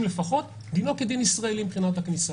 לפחות דינו כדין ישראלי מבחינת הכניסה.